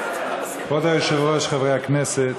כבוד היושב-ראש, חברי הכנסת,